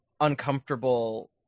uncomfortable